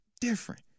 different